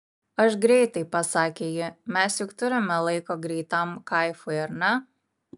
aš greitai pasakė ji mes juk turime laiko greitam kaifui ar ne